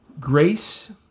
Grace